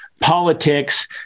Politics